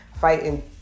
fighting